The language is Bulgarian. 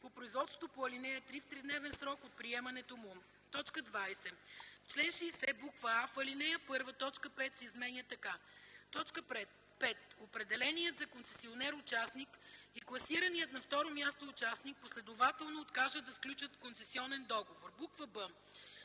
по производството по ал. 3 в тридневен срок от приемането му.” 20. В чл. 60: а) в ал. 1 т. 5 се изменя така: „5. определеният за концесионер участник и класираният на второ място участник последователно откажат да сключат концесионен договор.”; б)